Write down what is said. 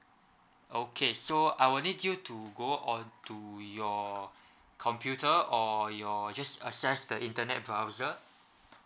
okay so I will need you to go on to your computer or your just access the internet browser